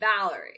Valerie